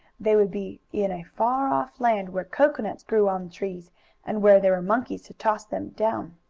they would be in a far-off land where coconuts grew on trees and where there were monkeys to toss them down.